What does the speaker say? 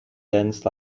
dance